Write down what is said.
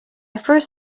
first